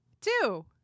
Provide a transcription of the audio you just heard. two